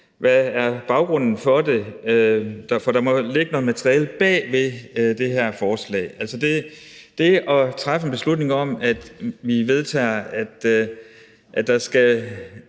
hvad baggrunden for det var, for der måtte jo ligge noget materiale bag det her forslag. Det at træffe en beslutning om, at vi vedtager, at der skal